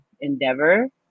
endeavor